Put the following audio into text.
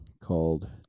called